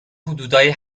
حدودای